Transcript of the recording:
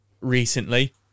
recently